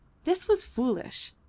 this was foolish.